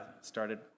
started